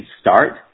start